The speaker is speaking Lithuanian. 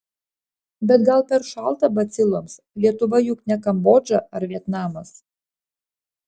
bet gal per šalta baciloms lietuva juk ne kambodža ar vietnamas